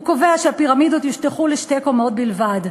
הוא קובע שהפירמידות יושטחו לשתי קומות בלבד.